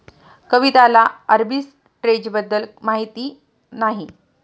कविताला आर्बिट्रेजबद्दल माहिती नाही